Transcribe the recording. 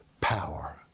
power